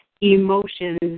emotions